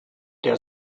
der